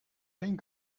geen